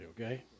Okay